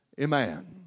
Amen